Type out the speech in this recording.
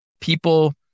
people